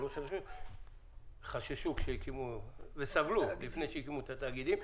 חששו לפני שהקימו את התאגידים.